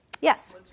Yes